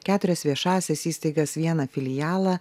keturias viešąsias įstaigas vieną filialą